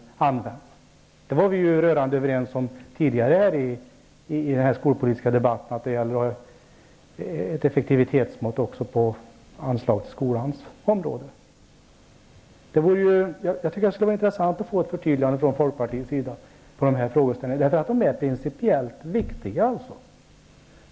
Redan tidigare var vi ju i den skolpolitiska debatten överens om att ett effektivitetsmått gäller också för anslag till skolans område. Det vore intressant att få ett förtydligande från folkpartiets sida i dessa frågor, för de är principiellt viktiga.